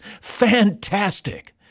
fantastic